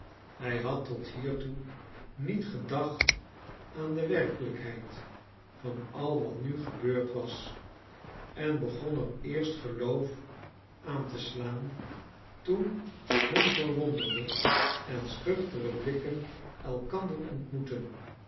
hij had tot hiertoe niet gedacht aan de werkelijkheid van al wat nu gebeurd was en begon er eerst geloof aan te slaan toen hun verwonderde en schuchtere blikken elkander ontmoetten